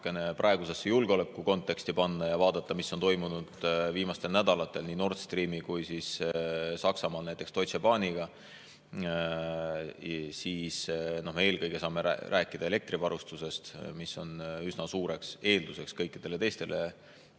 praegusesse julgeoleku konteksti panna ja vaadata, mis on toimunud viimastel nädalatel nii Nord Streamiga kui ka Saksamaal näiteks Deutsche Bahniga, siis eelkõige saame rääkida elektrivarustusest, mis on üsna suureks eelduseks kõikide teiste